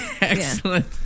excellent